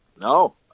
no